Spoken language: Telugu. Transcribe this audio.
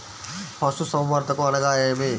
పశుసంవర్ధకం అనగానేమి?